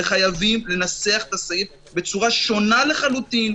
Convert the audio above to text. וחייבים לנסח את הסעיף בצורה שונה לחלוטין,